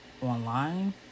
online